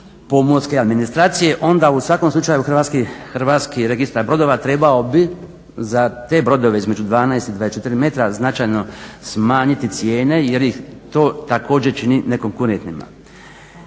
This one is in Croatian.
pomorske administracije onda u svakom slučaju hrvatski registar brodova trebao bi za te brodove između 12 i 24 metra značajno smanjiti cijene jer ih to također čini nekonkurentnima.